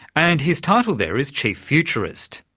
and his title there is chief futurist.